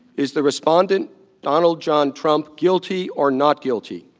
is the respondent donald john trump guilty or not guilty?